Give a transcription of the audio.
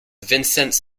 vicente